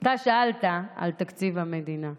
אתה שאלת על תקציב המדינה.